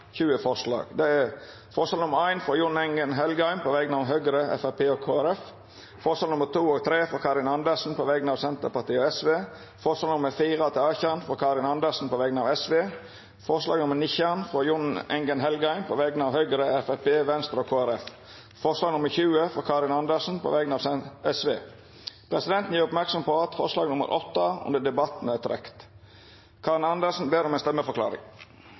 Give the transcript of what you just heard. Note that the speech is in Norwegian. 20 forslag. Det er forslag nr. 1, frå Jon Engen-Helgheim på vegner av Høgre, Framstegspartiet og Kristeleg Folkeparti forslaga nr. 2 og 3, frå Karin Andersen på vegner av Senterpartiet og Sosialistisk Venstreparti forslaga nr. 4–18, frå Karin Andersen på vegner av Sosialistisk Venstreparti forslag nr. 19, frå Jon Engen-Helgheim på vegner av Høgre, Framstegspartiet, Venstre og Kristeleg Folkeparti forslag nr. 20, frå Karin Andersen på vegner av Sosialistisk Venstreparti Presidenten gjer merksam på at forslag nr. 8 vart trekt under debatten. Karin Andersen har bede om ordet til ei stemmeforklaring.